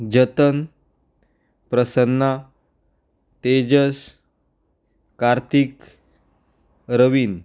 जतन प्रसन्ना तेजस कार्तिक रविंद्र